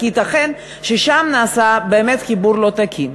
כי ייתכן שנעשה שם חיבור לא תקין.